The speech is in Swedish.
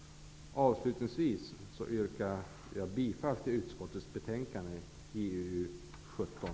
Avslutningsvis yrkar jag bifall till utskottets hemställan i betänkande JuU17.